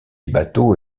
bateaux